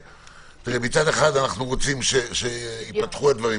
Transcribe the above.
מצד אחד אנחנו רוצים שייפתחו הדברים,